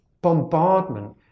bombardment